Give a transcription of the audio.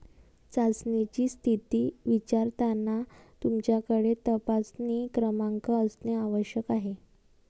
चाचणीची स्थिती विचारताना तुमच्याकडे तपासणी क्रमांक असणे आवश्यक आहे